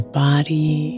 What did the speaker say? body